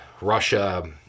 Russia